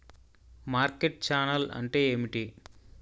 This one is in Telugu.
మార్కెట్ ఛానల్ అంటే ఏమిటి?